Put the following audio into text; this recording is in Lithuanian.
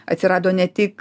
atsirado ne tik